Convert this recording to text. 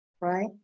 right